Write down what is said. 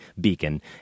beacon